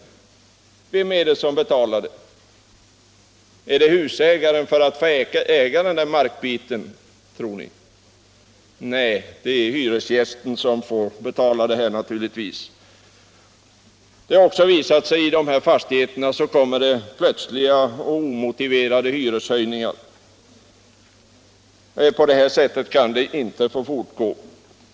Är det husägaren som betalar för att han får äga markbiten, tror ni? Nej, det är naturligtvis hyresgästen som får betala. Det har också visat sig att i de här fastigheterna kommer det plötsliga och omotiverade hyreshöjningar. På det här sättet kan det inte få fortgå.